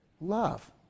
love